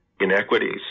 inequities